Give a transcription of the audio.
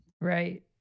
Right